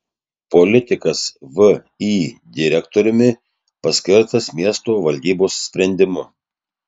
politikas vį direktoriumi paskirtas miesto valdybos sprendimu